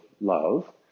love